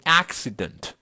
accident